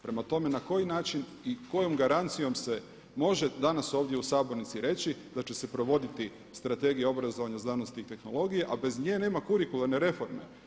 Prema tome na koji način i kojom garancijom se može danas ovdje u sabornici reći da će se provoditi Strategija obrazovanja, znanosti i tehnologije, a bez njena kurikularne reforme.